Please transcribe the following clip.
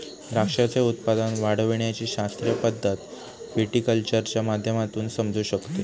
द्राक्षाचे उत्पादन वाढविण्याची शास्त्रीय पद्धत व्हिटीकल्चरच्या माध्यमातून समजू शकते